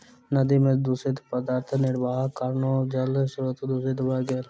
नदी में दूषित पदार्थ निर्वाहक कारणेँ जल स्त्रोत दूषित भ गेल